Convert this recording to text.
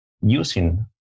using